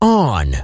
on